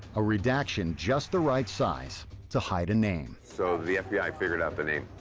a redaction just the right size to hide a name. so the fbi figured out the name.